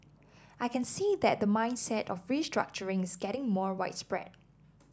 I can see that the mindset of restructuring is getting more widespread